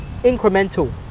incremental